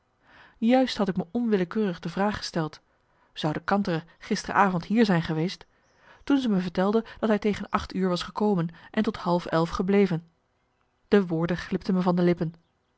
juist had ik me onwillekeurig de vraag gesteld zou de kantere gisteren avond hier zijn geweest toen ze me vertelde dat hij tegen acht uur was gekomen en tot half elf gebleven de woorden glipten me van de lippen